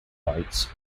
rights